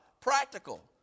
practical